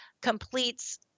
completes